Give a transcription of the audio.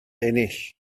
ennill